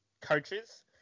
coaches